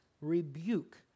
Rebuke